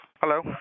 Hello